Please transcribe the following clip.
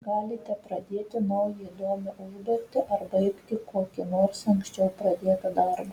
galite pradėti naują įdomią užduotį ar baigti kokį nors anksčiau pradėtą darbą